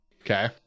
Okay